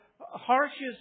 harshest